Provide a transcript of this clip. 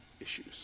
issues